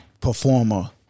performer